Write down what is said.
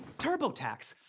turbotax.